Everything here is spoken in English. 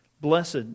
Blessed